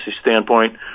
standpoint